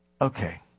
okay